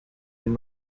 and